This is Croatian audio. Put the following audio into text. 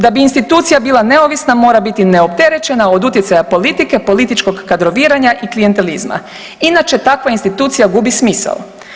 Da da bi institucija bila neovisna mora biti neopterećena od utjecaja politike, političkog kadroviranja i klijentelizma inače takva institucija gubi smisao.